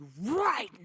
right